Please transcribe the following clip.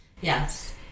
yes